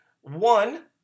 one